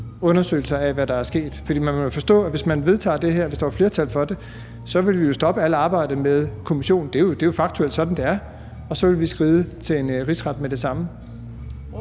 undersøgelser af, hvad der er sket? For man må forstå, at hvis man vedtager det her, og hvis der var flertal for det, så ville vi jo stoppe alt arbejdet med kommissionen – det er jo faktuelt sådan, det er – og så ville vi skride til en rigsret med det samme.